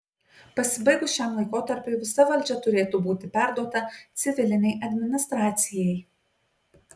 pasibaigus šiam laikotarpiui visa valdžia turėtų būti perduota civilinei administracijai